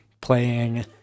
playing